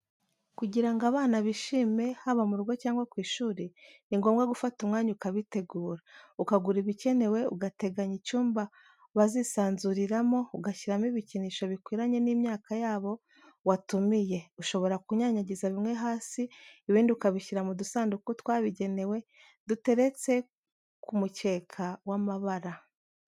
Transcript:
Kugirango abana bishime, haba mu rugo cyangwa ku ishuri, ni ngombwa gufata umwanya ukabitegura; ukagura ibikenewe, ugateganya icyumba bazisanzuriramo, ugashyiramo ibikinisho bikwiranye n'imyaka y'abo watumiye, ushobora kunyanyagiza bimwe hasi ibindi ukabishyira mu dusanduku twabigenewe, duteretse ku mukeka w'amabara.